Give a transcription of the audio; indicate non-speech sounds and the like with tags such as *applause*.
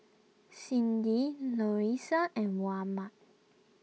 Cindi *unintelligible* and Mohammad